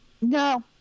No